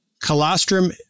colostrum